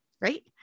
Right